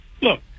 look